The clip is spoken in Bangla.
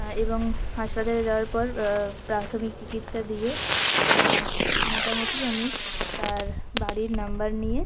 এবং হাসপাতালে যাওয়ার পর প্রাথমিক চিকিৎসা দিয়ে মোটামুটি আমি তার বাড়ির নাম্বার নিয়ে